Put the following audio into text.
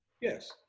Yes